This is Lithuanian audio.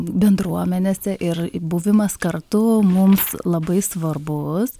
bendruomenėse ir buvimas kartu mums labai svarbus